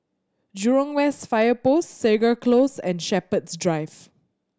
Jurong West Fire Post Segar Close and Shepherds Drive